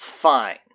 fine